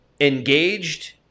engaged